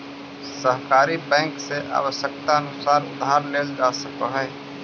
सहकारी बैंक से आवश्यकतानुसार उधार लेल जा सकऽ हइ